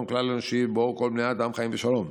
כלל-אנושי שבו כל בני האדם חיים בשלום,